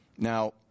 Now